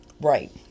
Right